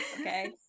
okay